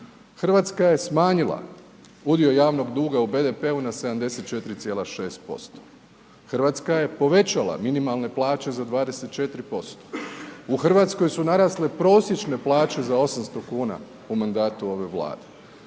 Hrvatska je smanjila udio javnog duga u BDP-u 74,6%, Hrvatska je povećala minimalne plaće za 24%, u Hrvatskoj su narasle prosječne plaće za 800 kuna u mandatu ove Vlade,